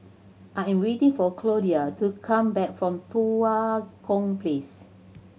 I am waiting for Claudio to come back from Tua Kong Place